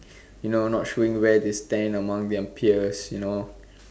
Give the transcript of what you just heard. you know not showing where they stand among young peers you know